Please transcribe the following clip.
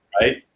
Right